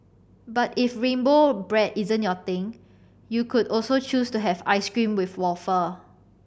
but if rainbow bread isn't your thing you could also choose to have ice cream with wafer